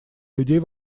людей